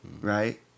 Right